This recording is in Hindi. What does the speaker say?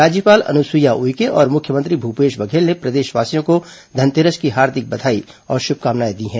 राज्यपाल अनुसुईया उइके और मुख्यमंत्री भूपेश बघेल ने प्रदेशवासियों को धनतेरस की हार्दिक बधाई और शुभकामनाएं दी हैं